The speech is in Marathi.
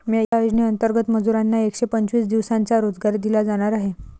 या योजनेंतर्गत मजुरांना एकशे पंचवीस दिवसांचा रोजगार दिला जाणार आहे